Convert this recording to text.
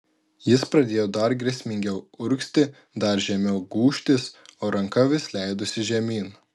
jis pradėjo dar grėsmingiau urgzti dar žemiau gūžtis o ranka vis leidosi žemyn